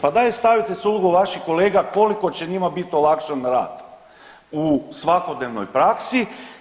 Pa daj stavite se u ulogu vaših kolega koliko će njima biti olakšan rad u svakodnevnoj praksi.